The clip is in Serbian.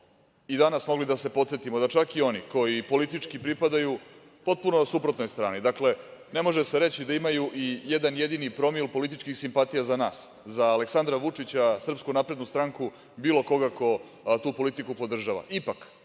i danas mogli da se podsetimo da čak i oni koji politički pripadaju potpuno suprotnoj strani, dakle, ne može se reći da imaju i jedan jedini promil političkih simpatija za nas, za Aleksandra Vučića, SNS, bilo koga ko tu politiku podržava,